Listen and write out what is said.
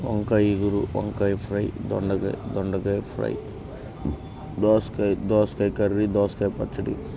వంకాయ ఇగురు వంకాయ ఫ్రై దొండకాయ దొండకాయ ఫ్రై దోసకాయ దోసకాయ కర్రీ దోసకాయ పచ్చడి